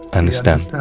understand